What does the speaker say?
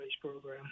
program